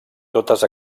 totes